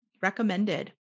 recommended